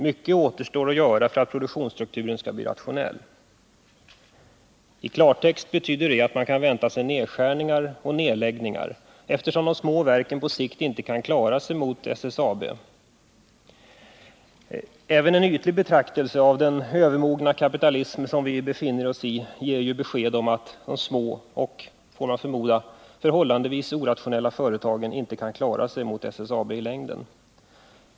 Mycket återstår att göra för att produktionsstrukturen skall bli rationell.” I klartext betyder det att man kan vänta sig nedskärningar och nedläggningar, eftersom de små verken på sikt inte kan klara sig mot SSAB. Även en ytlig betraktelse av den övermogna kapitalism som vi styrs av ger besked om att de små och — får man förmoda — förhållandevis orationella företagen inte kan klara sig mot SSAB i längden.